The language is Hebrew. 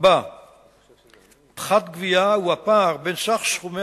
4. פחת גבייה הוא ההפרש בין סך סכומי